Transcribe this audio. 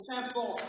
simple